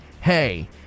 hey